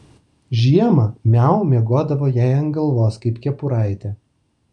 žiemą miau miegodavo jai ant galvos kaip kepuraitė